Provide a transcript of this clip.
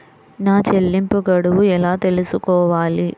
నా చెల్లింపు గడువు ఎలా తెలుసుకోవాలి?